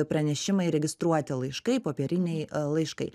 pranešimai registruoti laiškai popieriniai laiškai